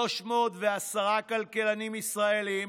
310 כלכלנים ישראלים